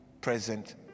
present